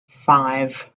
five